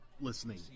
listening